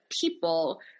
people